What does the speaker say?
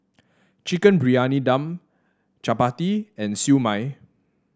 Chicken Briyani Dum chappati and Siew Mai